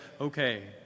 okay